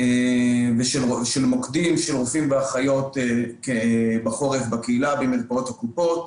ושל מוקדים של רופאים ואחיות בחורף בקהילה במרפאות הקופות.